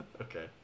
Okay